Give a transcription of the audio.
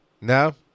No